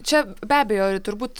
čia be abejo turbūt